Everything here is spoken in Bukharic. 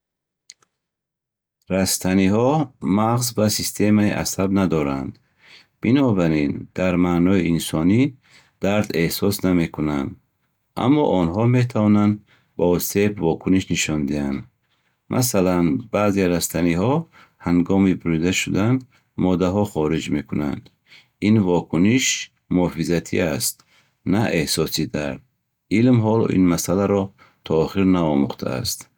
Растаниҳо мағз ва системаи асаб надоранд, бинобар ин дар маънои инсонӣ дард эҳсос намекунанд. Аммо онҳо метавонанд ба осеб вокуниш нишон диҳанд. Масалан, баъзе растаниҳо ҳангоми бурида шудан моддаҳо хориҷ мекунанд. Ин вокуниш муҳофизатӣ аст, на эҳсоси дард. Илм ҳоло ин масъаларо то охир наомӯхтааст.